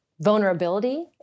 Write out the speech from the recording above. vulnerability